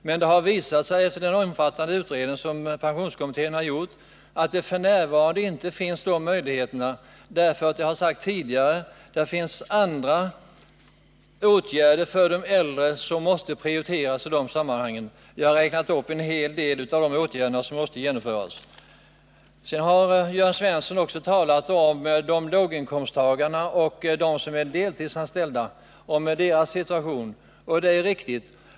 Men det har visat sig, efter den omfattande utredning som pensionskommittén gjort, att någon sådan möjlighet inte finns f. n., därför att det som sagt finns andra åtgärder för de äldre som måste prioriteras i det här sammanhanget. Jag har räknat upp en del av de åtgärder som måste genomföras. Jörn Svensson tog också upp situationen för låginkomsttagarna och de deltidsanställda, och det han sade om detta var riktigt.